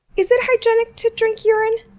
is it hygienic to drink urine?